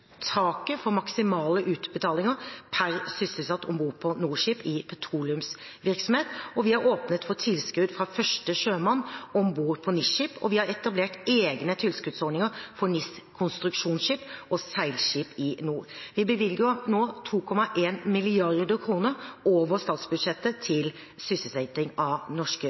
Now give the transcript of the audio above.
taket for maksimale utbetalinger per sysselsatt om bord på NOR-skip i petroleumsvirksomhet, vi har åpnet for tilskudd fra første sjømann om bord på NIS-skip, og vi har etablert egne tilskuddsordninger for NIS-konstruksjonsskip og seilskip i NOR. Vi bevilger nå 2,1 mrd. kr over statsbudsjettet til sysselsetting av norske